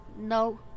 No